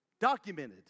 Documented